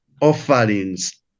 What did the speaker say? offerings